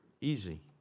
easy